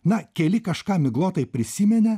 na keli kažką miglotai prisiminė